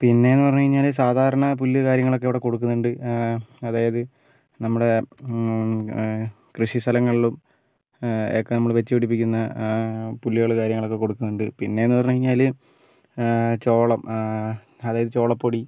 പിന്നെ എന്ന് പറഞ്ഞു കഴിഞ്ഞാൽ സാധാരണ പുല്ല് കാര്യങ്ങളൊക്കെ അവിടെ കൊടുക്കുന്നുണ്ട് അതായത് നമ്മുടെ കൃഷി സ്ഥലങ്ങളിലും ഒക്കെ നമ്മൾ വെച്ചുപിടിപ്പിക്കുന്ന പുല്ലുകൾ കാര്യങ്ങളൊക്കെ കൊടുക്കുന്നുണ്ട് പിന്നെ എന്ന് പറഞ്ഞു കഴിഞ്ഞാൽ ചോളം അതായത് ചോളപ്പൊടി